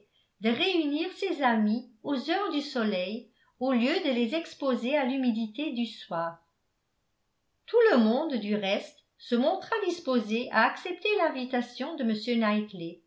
de réunir ses amis aux heures du soleil au lieu de les exposer à l'humidité du soir tout le monde du reste se montra disposé à accepter l'invitation de